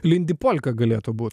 lindipolka galėtų būt